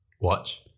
Watch